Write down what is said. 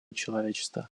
человечества